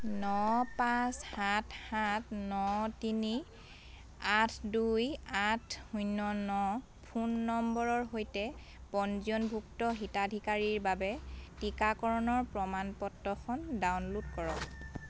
ন পাঁচ সাত সাত ন তিনি আঠ দুই আঠ শূন্য ন ফোন নম্বৰৰ সৈতে পঞ্জীয়নভুক্ত হিতাধিকাৰীৰ বাবে টিকাকৰণৰ প্ৰমাণ পত্ৰখন ডাউনলোড কৰক